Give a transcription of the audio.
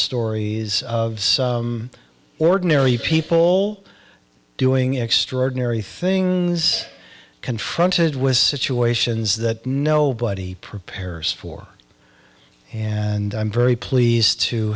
stories of ordinary people doing extraordinary things confronted with situations that nobody prepares for and i'm very pleased to